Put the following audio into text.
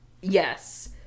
Yes